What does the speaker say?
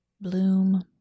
bloom